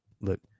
Look